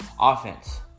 offense